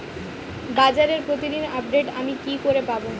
বাজারের প্রতিদিন আপডেট আমি কি করে পাবো?